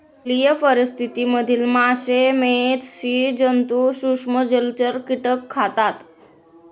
जलीय परिस्थिति मधील मासे, मेध, स्सि जन्तु, सूक्ष्म जलचर, कीटक खातात